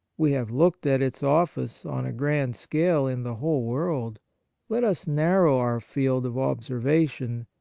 we have looked at its office on a grand scale in the whole world let us narrow our field of observation,